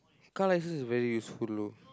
car license is very useful loh